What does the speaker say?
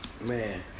Man